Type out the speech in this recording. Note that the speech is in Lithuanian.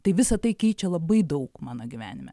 tai visa tai keičia labai daug mano gyvenime